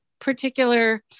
particular